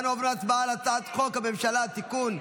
אנו עוברים להצבעה על הצעת חוק הממשלה (תיקון,